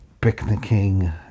picnicking